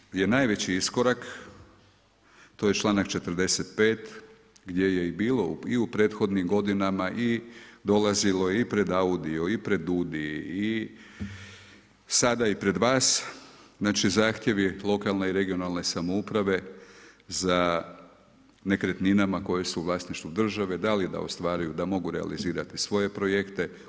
Ono što je najveći iskorak, to je čl. 45. gdje i bilo i u prethodnim godinama i dolazilo i pred audio i pred DUUDI i sada i pred vas, znači zahtjevi lokalne i regionalne samouprave za nekretninama koje su u vlasništvu države, da li da ostvaruju da mogu realizirati svoje projekte.